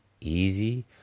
easy